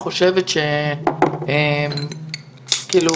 105 הוא